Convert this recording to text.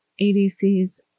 ADCs